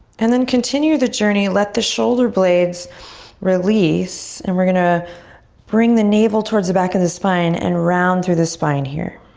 and then continue the journey. let the shoulder blades release. and we're going to bring the navel towards the back of the spine and round through the spine here.